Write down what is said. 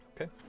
okay